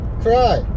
cry